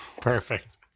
Perfect